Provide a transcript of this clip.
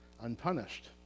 unpunished